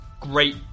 great